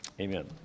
Amen